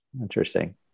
Interesting